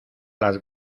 las